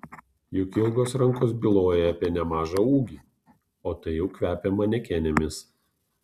juk ilgos rankos byloja apie nemažą ūgį o tai jau kvepia manekenėmis